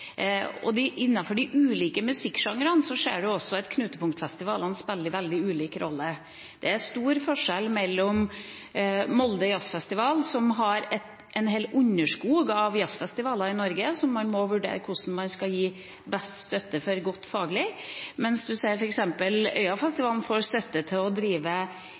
Innenfor de ulike musikkgenrene ser man også at knutepunktfestivalene spiller veldig ulik rolle. Det er stor forskjell. Jazzfestivalen i Molde har en hel underskog av jazzfestivaler i Norge, som man må vurdere hvordan man skal gi best støtte til, faglig godt, mens f.eks. Øyafestivalen får støtte til å drive